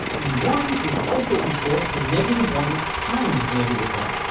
and one is also equal to negative one times negative one